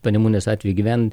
panemunės atveju gyven